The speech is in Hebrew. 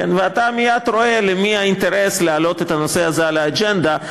ואתה מייד רואה למי יש אינטרס להעלות את הנושא הזה על האג'נדה.